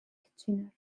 kitchener